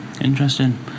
Interesting